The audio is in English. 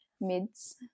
mids